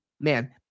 man